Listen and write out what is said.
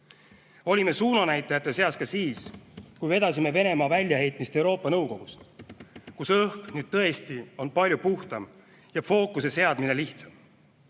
suunanäitajate seas ka siis, kui vedasime Venemaa väljaheitmist Euroopa Nõukogust, kus õhk nüüd tõesti on palju puhtam ja fookuse seadmine lihtsam.